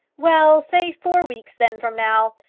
well, say four weeks then from now.